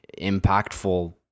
impactful